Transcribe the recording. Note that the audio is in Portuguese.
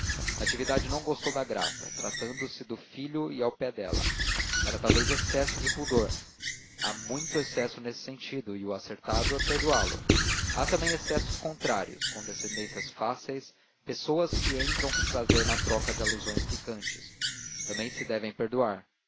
natividade não gostou da graça tratando-se do filho e ao pé dela era talvez excesso de pudor há muito excesso nesse sentido e o acertado é perdoá lo há também excessos contrários condescendências fáceis pessoas que entram com prazer na troca de alusões picantes também se devem perdoar